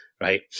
right